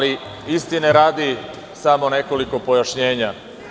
Istine radi, samo nekoliko pojašnjenja.